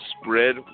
spread